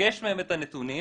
לבקש מהן את הנתונים